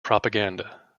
propaganda